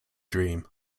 dream